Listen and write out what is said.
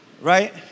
right